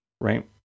right